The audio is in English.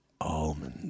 almonds